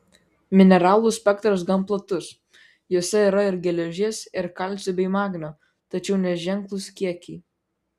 mineralų spektras gan platus jose yra ir geležies ir kalcio bei magnio tačiau neženklūs kiekiai